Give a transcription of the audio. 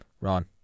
Ron